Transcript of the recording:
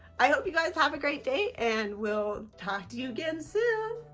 i hope you guys have a great day and we'll talk to you again soon!